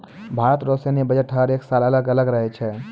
भारत रो सैन्य बजट हर एक साल अलग अलग रहै छै